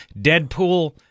Deadpool